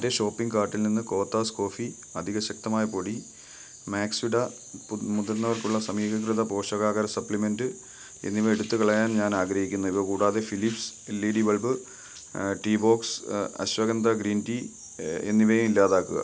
എന്റെ ഷോപ്പിംഗ് കാർട്ടിൽ നിന്ന് കോത്താസ് കോഫി അധിക ശക്തമായ പൊടി മാക്സ്വിട മുതിർന്നവർക്കുള്ള സമീകൃത പോഷകാഹാര സപ്ലിമെൻറ്റ് എന്നിവ എടുത്തു കളയാൻ ഞാൻ ആഗ്രഹിക്കുന്നു ഇവ കൂടാതെ Philips L E D bulb tea box ashwagandha green tea എന്നിവയും ഇല്ലാതാക്കുക